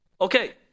Okay